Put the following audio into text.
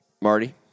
Marty